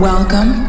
Welcome